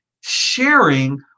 sharing